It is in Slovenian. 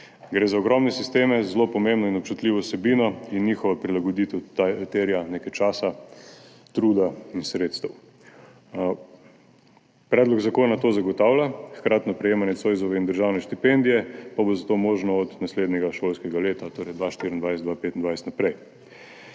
Gre za ogromne sisteme z zelo pomembno in občutljivo vsebino in njihova prilagoditev terja nekaj časa, truda in sredstev. Predlog zakona to zagotavlja. Hkratno prejemanje Zoisove in državne štipendije pa bo za to možno od naslednjega šolskega leta, torej 2024/2025 naprej.